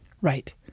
Right